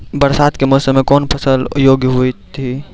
बरसात के मौसम मे कौन फसल योग्य हुई थी?